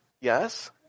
Yes